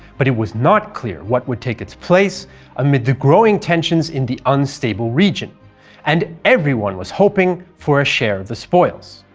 but it was not clear what would take its place amid the growing tensions in the unstable region and everyone was hoping for a share of the spoils.